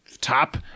top